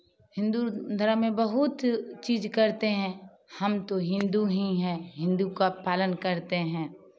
हिन्दू धर्म में बहुत चीज़ करते हैं हम तो हिन्दू ही हैं हिन्दू का पालन करते हैं